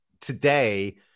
today